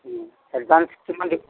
advance কিমান